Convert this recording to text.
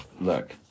look